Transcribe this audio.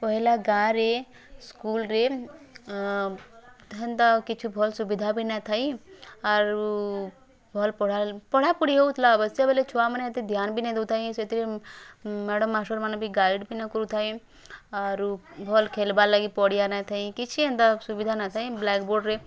ପହେଲା ଗାଁରେ ସ୍କୁଲ୍ରେ ଆଁ ହେନ୍ତା କିଛି ଭଲ୍ ସୁବିଧା ବି ନାଇଁ ଥାଇ ଆରୁ ଭଲ୍ ପଢ଼ା ପଢ଼ାପଢ଼ି ହେଉଥିଲା ଅବଶ୍ୟ ବେଲେ ଛୁଆମାନେ ଏତେ ଧ୍ୟାନ୍ ବି ନେହିଁ ଦେଉଥାଇଁ ସେଥିର୍ ମ୍ୟାଡ଼ାମ୍ ମାଷ୍ଟର୍ମାନେ ବି ଗାଇଡ଼୍ ବି ନାଁଇ କରୁଥାଇଁ ଆରୁ ଭଲ୍ ଖେଲ୍ବା ଲାଗି ପଡ଼ିଆ ନାଇଁଥାଇଁ କିଛି ହେନ୍ତା ସୁବିଧା ନାଁ ଥାଇଁ ବ୍ଲାକ୍ ବୋର୍ଡ଼୍ରେ